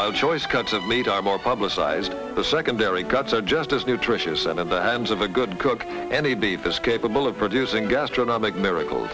while choice cuts of meat are more publicized the secondary cuts are just as nutritious and in the hands of a good cook any beef is capable of producing gastronomically miracle